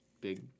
big